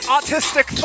Autistic